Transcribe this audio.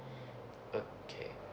okay